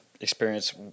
experience